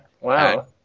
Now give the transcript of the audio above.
Wow